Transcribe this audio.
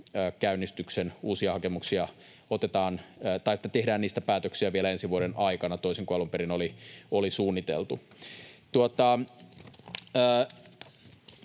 käynnistyksen uusista hakemuksista tehdään päätöksiä vielä ensi vuoden aikana, toisin kuin alun perin oli suunniteltu.